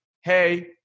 Hey